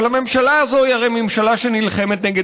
אבל הממשלה הזאת היא הרי ממשלה שנלחמת נגד